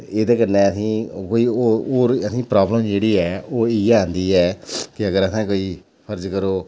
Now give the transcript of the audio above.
एह्दे कन्नै असेंगी कोई होर होर प्राब्लम जेह्ड़ी ऐ ओह् इयै आंदी ऐ के अगर असें कोई फर्ज करो